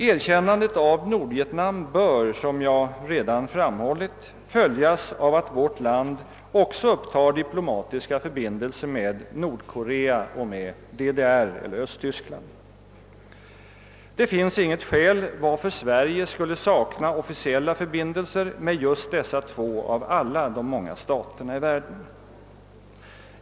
Erkännandet av Nordvietnam bör, som jag redan framhållit, följas av att vårt land också upptar diplomatiska förbindelser med Nordkorea och med DDR eller Östtyskland. Det finns inget skäl varför Sverige skulle sakna officiella förbindelser med just dessa två av alla de många staterna i världen.